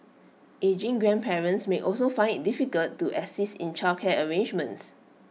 ageing grandparents may also find IT difficult to assist in childcare arrangements